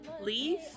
leave